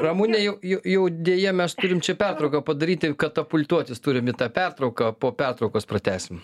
ramune jau jau deja mes turim čia pertrauką padaryti katapultuotis turim į tą pertrauką po pertraukos pratęsim